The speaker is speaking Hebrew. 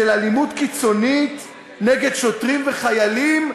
של אלימות קיצונית נגד שוטרים וחיילים,